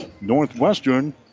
Northwestern